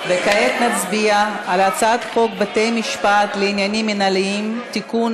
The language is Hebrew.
כעת נצביע על הצעת חוק בתי-משפט לעניינים מינהליים (תיקון,